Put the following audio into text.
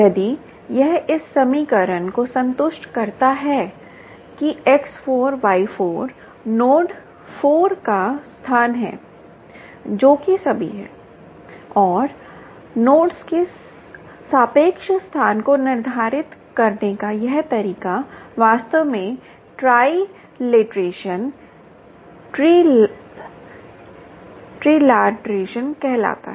यदि यह इस समीकरण को संतुष्ट करता है कि X4 Y4 नोड 4 का स्थान है जो कि सभी है और नोड्स के सापेक्ष स्थान को निर्धारित करने का यह तरीका वास्तव में ट्राइलेटरेशन ट्रिलाटरेशन कहलाता है